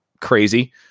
crazy